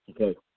Okay